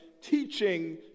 teaching